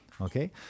okay